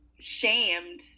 shamed